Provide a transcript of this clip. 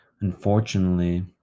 unfortunately